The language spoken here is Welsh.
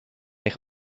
eich